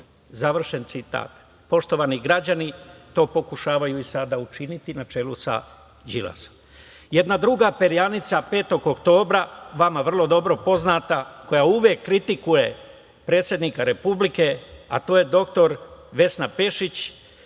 u Srbiji.“ Poštovani građani, to pokušavaju i sada učiniti, na čelu sa Đilasom. Jedna druga perjanica, 5. oktobra, vama vrlo dobro poznata, koja uvek kritikuje predsednika Republike Srbije, a to je doktor Vesna Pešić,